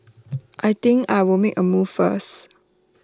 I think I'll make A move first